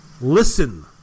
Listen